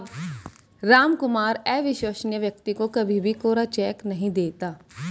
रामकुमार अविश्वसनीय व्यक्ति को कभी भी कोरा चेक नहीं देता